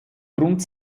grund